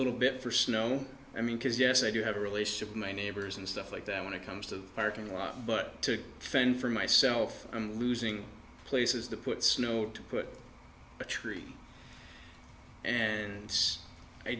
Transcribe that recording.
anybody bit for snow i mean because yes i do have a relationship with my neighbors and stuff like that when it comes to parking lot but to fend for myself i'm losing places to put snow to put a tree and i